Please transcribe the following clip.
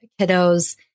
kiddos